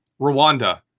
Rwanda